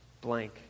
blank